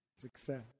Success